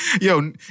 yo